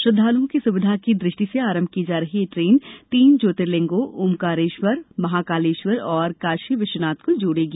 श्रद्वालुओं की सुविधा की दृष्टि से आरंभ की जा रही ये ट्रेन तीन ज्योर्तिलिंगों ओंकारेश्वर महाकालेश्वर और काशी विश्वनाथ को जोड़ेगी